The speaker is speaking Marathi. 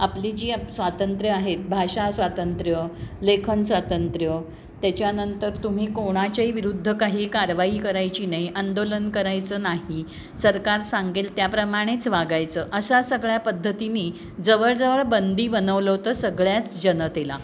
आपली जी आप स्वातंत्र्य आहेत भाषा स्वातंत्र्य लेखन स्वातंत्र्य त्याच्यानंतर तुम्ही कोणाच्याही विरुद्ध काही कारवाई करायची नाही आंदोलन करायचं नाही सरकार सांगेल त्याप्रमाणेच वागायचं असा सगळ्या पद्धतीने जवळ जवळ बंदी बनवलं होतं सगळ्याच जनतेला